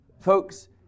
Folks